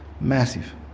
Massive